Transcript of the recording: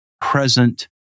present